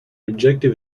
objective